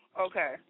okay